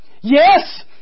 Yes